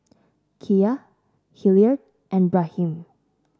Kya Hilliard and Raheem